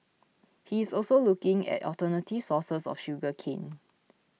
he is also looking at alternative sources of sugar cane